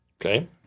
Okay